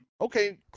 okay